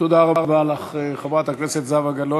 תודה רבה לך, חברת הכנסת זהבה גלאון.